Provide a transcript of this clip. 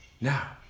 now